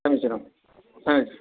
समीचीनं समीचीनम्